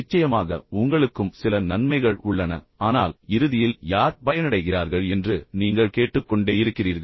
நிச்சயமாக உங்களுக்கும் சில நன்மைகள் உள்ளன ஆனால் இறுதியில் யார் பயனடைகிறார்கள் என்று நீங்கள் கேட்டுக்கொண்டே இருக்கிறீர்கள்